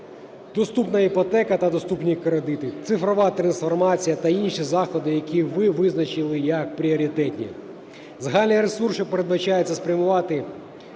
доступна іпотека та доступні кредити, цифрова трансформація та інші заходи, які ви визначили як пріоритетні. Загальний ресурс, що передбачається спрямувати